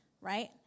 Right